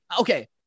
okay